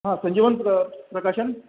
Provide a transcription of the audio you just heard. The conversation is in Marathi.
हां संजीवन प्र प्रकाशन